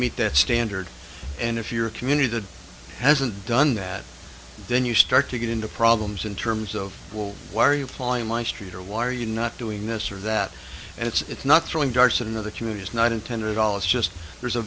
meet that standard and if you're a community that hasn't done that then you start to get into problems in terms of will why are you flying my street or why are you not doing this or that and it's not throwing darts in the community is not intended at all it's just there's a